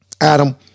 Adam